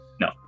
No